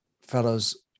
fellows